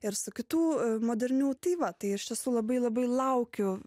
ir su kitų modernių tai va tai iš tiesų labai labai laukiu